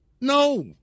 No